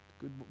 Good